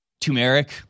turmeric